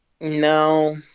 No